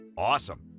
Awesome